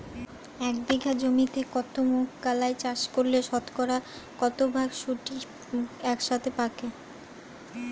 এক বিঘা জমিতে মুঘ কলাই চাষ করলে শতকরা কত ভাগ শুটিং একসাথে পাকে?